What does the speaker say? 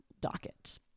docket